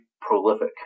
prolific